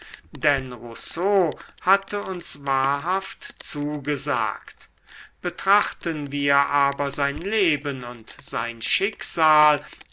denn rousseau hatte uns wahrhaft zugesagt betrachten wir aber sein leben und sein schicksal